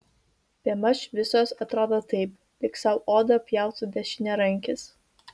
bemaž visos atrodo taip lyg sau odą pjautų dešiniarankis